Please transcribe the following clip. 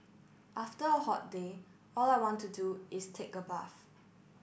after a hot day all I want to do is take a bath